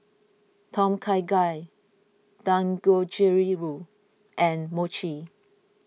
Tom Kha Gai and Mochi